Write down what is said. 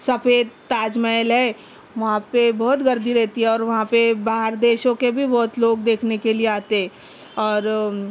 سفید تاج محل ہے وہاں پہ بہت گردی رہتی ہے اور وہاں پہ باہر دیشوں کے بھی بہت لوگ دیکھنے کے لیے آتے اور